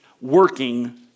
working